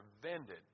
prevented